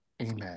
Amen